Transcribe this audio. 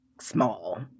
small